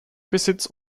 besitz